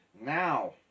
now